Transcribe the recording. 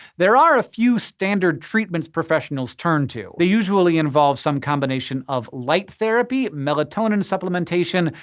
there are a few standard treatments professionals turn to. they usually involve some combination of light therapy, melatonin supplementation,